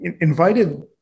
invited